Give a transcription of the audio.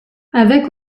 avec